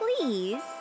please